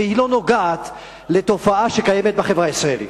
והיא לא נוגעת לתופעה שקיימת בחברה הישראלית.